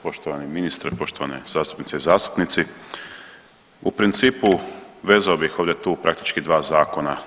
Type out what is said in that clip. Poštovani ministre, poštovane zastupnice i zastupnici, u principu vezao bih ovdje tu praktički dva zakona.